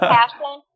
passion